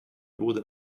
wurde